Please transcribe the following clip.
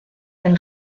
del